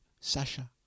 Sasha